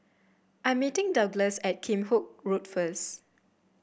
I'm meeting Douglass at Kheam Hock Road first